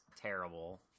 terrible